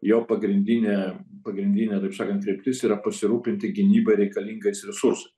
jo pagrindinė pagrindinė taip sakant kryptis yra pasirūpinti gynybai reikalingais resursais